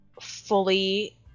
Fully